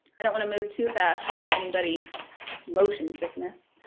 i don't want to move too fast and make anybody motion sickness,